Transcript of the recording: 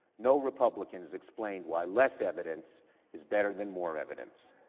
no republicans explained why less evidence is better than more evidence.